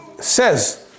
says